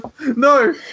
No